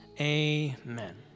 amen